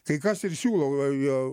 kai kas ir siūlo o jau